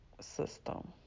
system